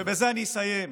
בזה אני אסיים.